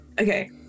okay